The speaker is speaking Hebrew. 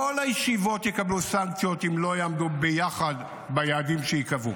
כל הישיבות יקבלו סנקציות אם לא יעמדו ביחד ביעדים שייקבעו.